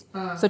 ah